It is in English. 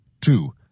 two